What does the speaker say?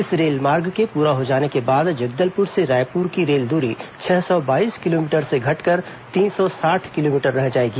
इस रेलमार्ग के पुरा हो जाने के बाद जगदलपुर से रायपुर की रेल दूरी छह सौ बाईस किलोमीटर से घटकर तीन सौ साठ किलोमीटर रह जाएगी